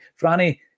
Franny